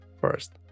first